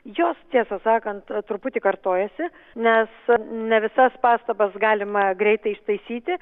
jos tiesą sakant truputį kartojasi nes ne visas pastabas galima greitai ištaisyti